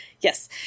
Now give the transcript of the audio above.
Yes